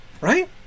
right